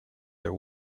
that